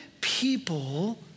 people